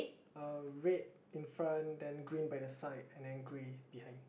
uh red in front then green by the side and then grey behind